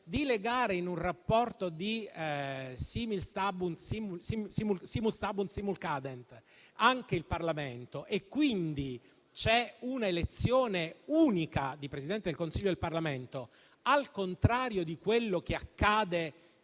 di legare in un rapporto di *simul stabunt, simul cadent* anche il Parlamento e, quindi, c'è un'elezione unica di Presidente del Consiglio e Parlamento - al contrario di quello che accade,